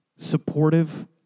supportive